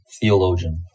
theologian